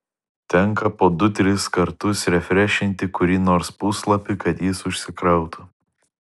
tenka po du tris kartus refrešinti kurį nors puslapį kad jis užsikrautų